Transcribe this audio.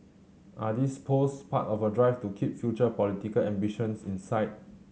are these posts part of a drive to keep future political ambitions in sight